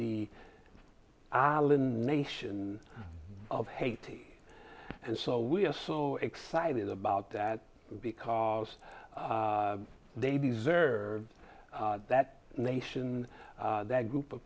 the island nation of haiti and so we are so excited about that because they deserve that nation that group of